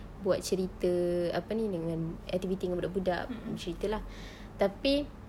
buat cerita apa ini dengan activity dengan budak-budak macam itu lah tapi